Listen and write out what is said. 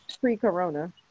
pre-corona